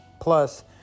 Plus